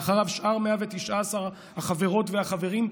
ואחריו שאר 119 החברות והחברים,